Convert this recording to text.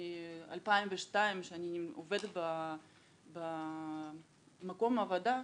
מ-2002 שאני עובדת במקום העבודה,